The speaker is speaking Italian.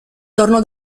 tornò